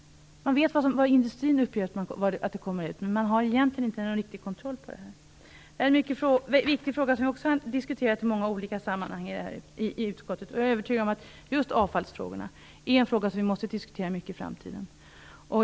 Man vet vad industrin uppger kommer ut, men man har egentligen ingen riktig kontroll över det. Det är en viktig fråga som diskuterats i många olika sammanhang i utskottet. Jag är övertygad om att just avfallsfrågorna måste diskuteras mycket i framtiden.